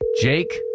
Jake